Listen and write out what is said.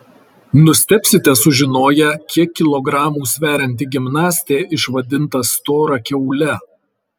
nustebsite sužinoję kiek kilogramų sverianti gimnastė išvadinta stora kiaule